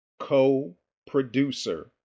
co-producer